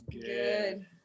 Good